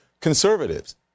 conservatives